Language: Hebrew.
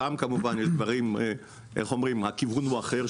שם, כמובן, הכיוון הוא אחר.